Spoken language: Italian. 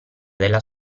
della